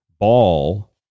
Ball